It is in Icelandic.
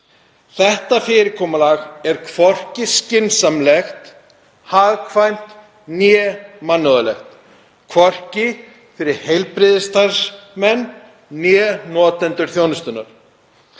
Þetta fyrirkomulag er hvorki skynsamlegt, hagkvæmt né mannúðlegt, hvorki fyrir heilbrigðisstarfsmenn né notendur þjónustunnar.